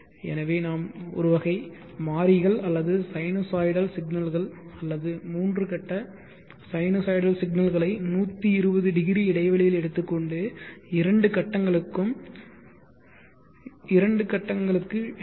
எனவே நாம் ஒரு வகை மாறிகள் அல்லது சைனூசாய்டல் சிக்னல்கள் அல்லது 3 கட்ட சைனூசாய்டல் சிக்னல்களை 120 டிகிரி இடைவெளியில் எடுத்து கொண்டு இரண்டு கட்டங்களுக்கும் இரண்டு கட்டங்களுக்கு டி